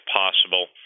possible